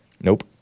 Nope